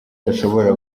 adashobora